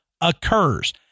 occurs